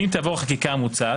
אם תעבור החקיקה המוצעת,